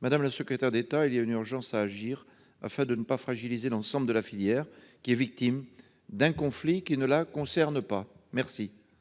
Madame la secrétaire d'État, il y a urgence à agir, afin de ne pas fragiliser l'ensemble de la filière, victime d'un conflit qui ne la concerne pas. La